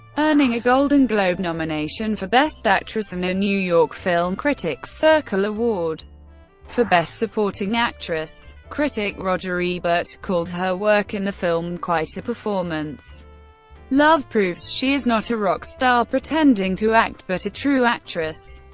earning a golden globe nomination for best actress, and a new york film critics circle award for best supporting actress. critic roger ebert called her work in the film quite a performance love proves she is not a rock star pretending to act, but a true actress.